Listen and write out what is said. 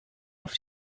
auf